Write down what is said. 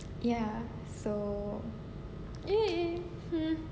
ya so